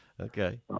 Okay